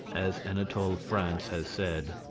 as anatole france has said,